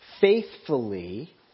faithfully